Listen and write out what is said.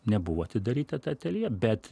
nebuvo atidaryta ta ateljė bet